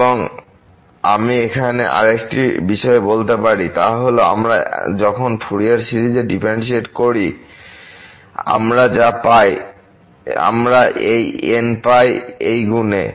এবং আমি এখানে আরেকটি বিষয় বলতে পারি তা হল আমরা যখন ফুরিয়ার সিরিজের ডিফারেন্শিয়েট করি আমরা যা পাই আমরা এই n পাই এই গুণে